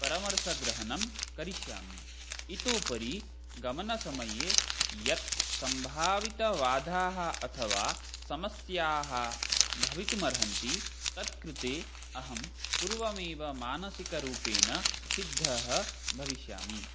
परामर्शग्रहणं करिष्यामि इतः उपरि गमनसमये यत् सम्भावितवादाः अथवा समस्याः भवितुमर्हन्ति तत्कृते अहं पूर्वमेव मानसिकरूपेण सिद्धः भविष्यामि